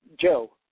Joe